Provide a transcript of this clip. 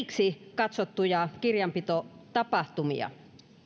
katsottuja kirjanpitotapahtumia